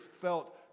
felt